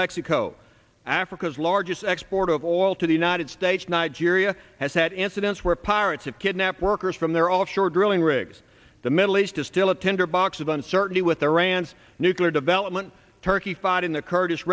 mexico africa's largest export of oil to the united states nigeria has had incidents where pirates have kidnapped workers from their offshore drilling rigs the middle east is still a tinderbox of uncertainty with iran's nuclear development turkey found in the kurdis